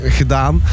gedaan